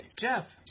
Jeff